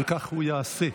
וכך הוא יעשה.